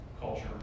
culture